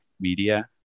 media